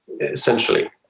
essentially